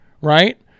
right